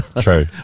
true